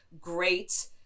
great